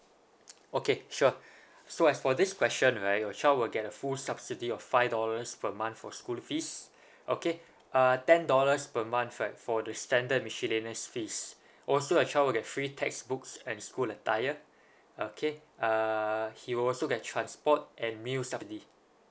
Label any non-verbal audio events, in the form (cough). (noise) okay sure so as for this question right your child will get a full subsidy of five dollars per month for school fees okay uh ten dollars per month right for the standard miscellaneous fees also your child will get free textbooks and school attire okay uh he will also get transport and meal subsidy